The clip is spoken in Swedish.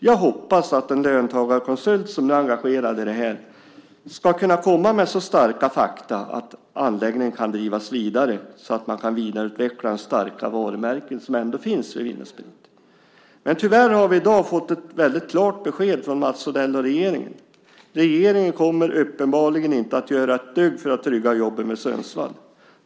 Jag hoppas att den löntagarkonsult som nu är engagerad ska kunna komma med så starka fakta att anläggningen kan drivas vidare så att man kan vidareutveckla de starka varumärken som ändå finns för Vin & Sprit. Tyvärr har vi i dag fått ett väldigt klart besked från Mats Odell och regeringen. Regeringen kommer uppenbarligen inte att göra ett dugg för att trygga jobben i Sundsvall.